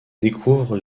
découvrent